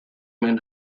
men